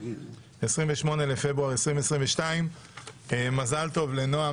28 בפברואר 2022. מזל טוב לנעה,